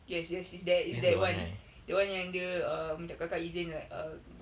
yes yes is that is that [one] that [one] yang dia err minta kakak izin like err